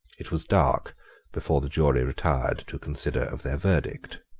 it was dark before the jury retired to consider of their verdict.